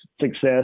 success